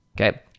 Okay